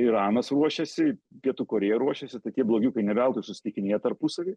iranas ruošiasi pietų korėja ruošiasi tai tie blogiukai ne veltui susitikinėja tarpusavy